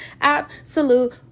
absolute